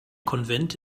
konvent